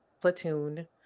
platoon